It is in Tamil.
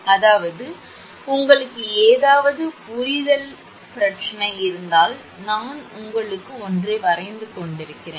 அதாவது உங்களுக்கு ஏதாவது புரிதல் பிரச்சனை இருந்தால் நான் உங்களுக்காக ஒன்றை வரைந்து கொண்டிருக்கிறேன்